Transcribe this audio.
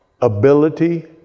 ability